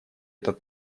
этот